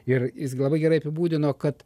ir jis labai gerai apibūdino kad